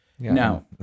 now